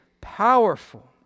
powerful